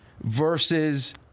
versus